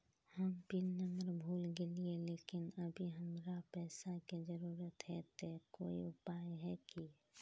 हम pin number भूल गेलिये लेकिन अभी हमरा पैसा के जरुरत है ते कोई उपाय है की?